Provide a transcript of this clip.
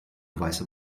weiße